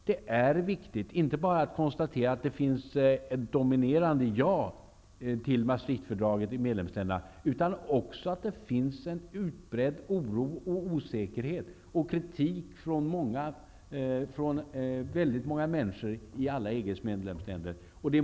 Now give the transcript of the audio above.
Det är viktigt att inte bara konstatera att det i medlemsländerna finns ett dominerande ”ja” till Maastrichtfördraget. Det finns nämligen också en utbredd oro och osäkerhet, och det förekommer kritik från väldigt många människor i EG:s medlemsländer.